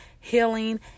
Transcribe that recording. healing